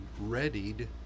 readied